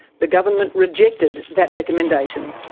the government rejected that recommendation.